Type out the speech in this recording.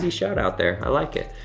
shout-out there, i like it.